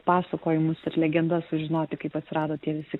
pasakojimus ir legendas sužinoti kaip atsirado tie visi